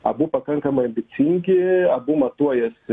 abu pakankamai ambicingi abu matuojasi